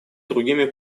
другими